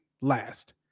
last